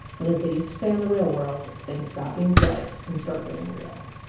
when, as they used to say on the real world, things stop being polite and start getting real